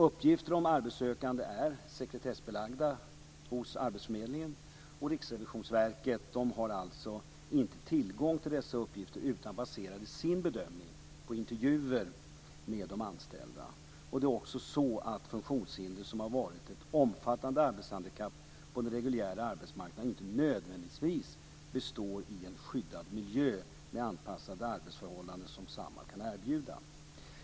Uppgifter om arbetssökande är sekretessbelagda hos arbetsförmedlingen, och Riksrevisionsverket har alltså inte tillgång till dessa uppgifter, utan de baserade sin bedömning på intervjuer med de anställda. Det är också så att funktionshinder som har varit ett omfattande arbetshandikapp på den reguljära arbetsmarknaden inte nödvändigtvis består i en skyddad miljö med anpassade arbetsförhållanden, som Samhall kan erbjuda.